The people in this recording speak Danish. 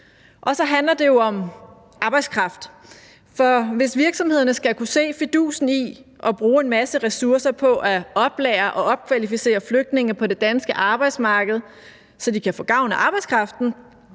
Det handler jo også om arbejdskraft, for hvis virksomhederne skal kunne se fidusen i at bruge en masse ressourcer på at oplære og opkvalificere flygtninge på det danske arbejdsmarked, så de kan få gavn af arbejdskraften,